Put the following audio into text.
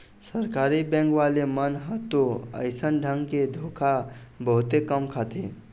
सरकारी बेंक वाले मन ह तो अइसन ढंग के धोखा बहुते कम खाथे